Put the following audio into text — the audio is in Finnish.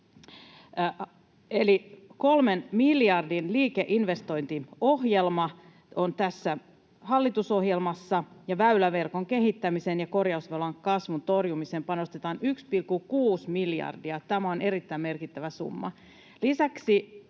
kolmen miljardin liikenneinvestointiohjelma on tässä hallitusohjelmassa, ja väyläverkon kehittämiseen ja korjausvelan kasvun torjumiseen panostetaan 1,6 miljardia. Tämä on erittäin merkittävä summa. Lisäksi